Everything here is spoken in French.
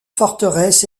forteresse